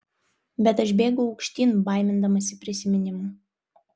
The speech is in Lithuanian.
bet aš bėgau aukštyn baimindamasi prisiminimų